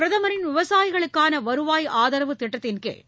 பிரதமரின் விவசாயிகளுக்கான வருவாய் ஆதரவு திட்டத்தின்கீழ்